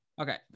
Okay